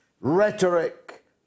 rhetoric